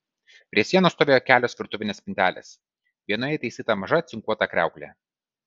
prie sienos stovėjo kelios virtuvinės spintelės vienoje įtaisyta maža cinkuota kriauklė